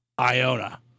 Iona